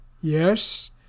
Yes